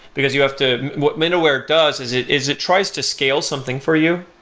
because you have to what middleware does is it is it tries to scale something for you,